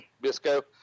Bisco